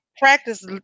Practice